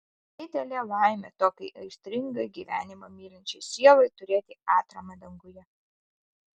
didelė laimė tokiai aistringai gyvenimą mylinčiai sielai turėti atramą danguje